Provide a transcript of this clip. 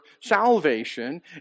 salvation